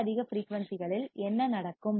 மிக அதிக ஃபிரீயூன்சிகளில் என்ன நடக்கும்